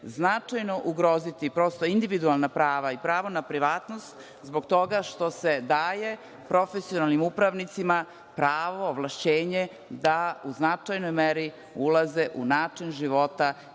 značajno ugroziti individualna prava i pravo na privatnost zbog toga što se daje profesionalnim upravnicima pravo, ovlašćenje da u značajnoj meri ulaze u način života